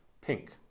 Pink